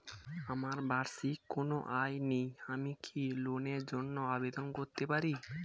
আমার বার্ষিক কোন আয় নেই আমি কি লোনের জন্য আবেদন করতে পারি?